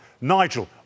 Nigel